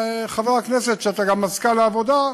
חבר הכנסת, שאתה גם מזכ"ל העבודה,